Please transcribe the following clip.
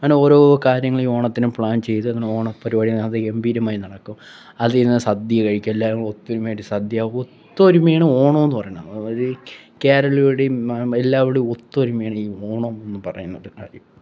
അങ്ങനെ ഓരോ കാര്യങ്ങൾ ഈ ഓണത്തിന് പ്ലാൻ ചെയ്തും അങ്ങനെ ഓണപ്പരിപാടികൾ അതിഗംഭീരമായി നടക്കും അതുകഴിഞ്ഞാൽ സദ്യ കഴിക്കും എല്ലാവരും കൂടെ ഒത്തൊരുമയായിട്ട് സദ്യ ഒത്തൊരുമയാണ് ഓണം എന്നുപറയുന്നത് അത് കേരളീയരുടെയും എല്ലാവരുടെയും ഒത്തൊരുമയാണ് ഈ ഓണം എന്നുപറയുന്നത് കാര്യം